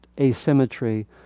asymmetry